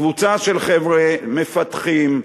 קבוצה של חבר'ה מפתחים,